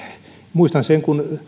muistan sen kun